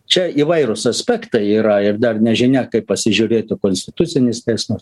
čia įvairūs aspektai yra ir dar nežinia kaip pasižiūrėtų konstitucinis teismas